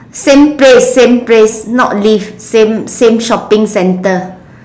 same place same place not lift same same shopping centre